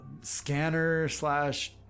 scanner-slash-